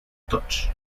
touch